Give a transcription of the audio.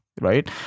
right